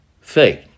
faith